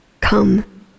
come